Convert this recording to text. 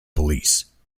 police